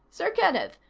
sir kenneth,